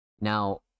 Now